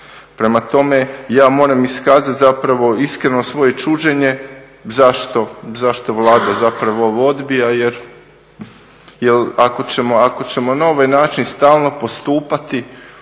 Prema tome, ja moram iskazati zapravo iskreno svoje čuđenje zašto Vlada zapravo ovo odbija jer ako ćemo na ovaj način stalno postupati,